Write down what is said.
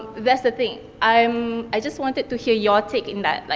that's the thing. i'm, i just wanted to hear your take in that, like,